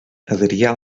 adrià